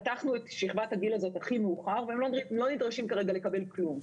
פתחנו את שכבת הגיל הזאת הכי מאוחר הם לא נדרשים כרגע לקבל כלום.